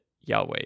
Yahweh